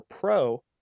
pro